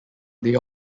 they